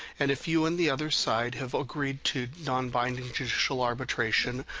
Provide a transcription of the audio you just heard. and if you and the other side have agreed to non-binding judicial arbitration,